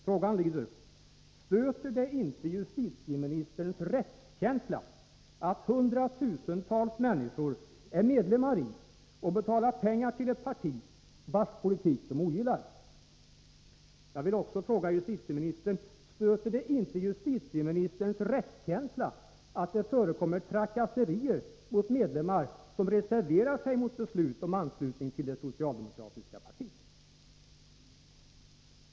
Frågan lyder: Stöter det inte justitieministerns rättskänsla att hundratusentals människor är medlemmar i och betalar pengar till ett parti vars politik de ogillar? Jag vill också fråga justitieministern: Stöter det inte justitieministerns rättskänsla att det förekommer trakasserier mot medlemmar som reserverar sig mot beslut om anslutning till det socialdemokratiska partiet?